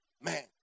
man